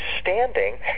standing